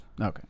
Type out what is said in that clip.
okay